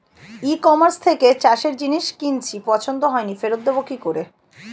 ই কমার্সের থেকে চাষের জিনিস কিনেছি পছন্দ হয়নি ফেরত দেব কী করে?